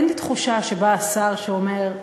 אין לי תחושה שבא השר שאומר,